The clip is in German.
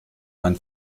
man